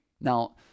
Now